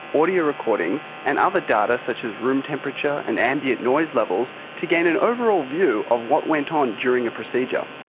audio recordings and other data such as room temperature and ambient noise levels to gain an overall view of what went on during a procedure.